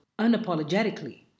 unapologetically